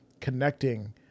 connecting